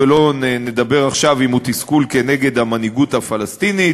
ולא נאמר עכשיו אם הוא תסכול נגד המנהיגות הפלסטינית